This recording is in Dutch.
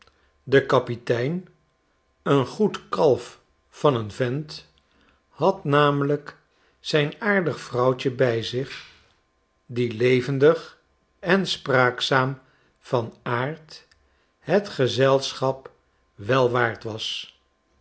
de kapitein een goed kalf van n vent had namelijk zijn aardig vrouwtje bij zich die levendig en spraakzaam van aard het gezelschap wel waard was